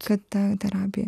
kad ta terapija